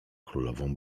królową